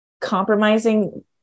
compromising